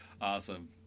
awesome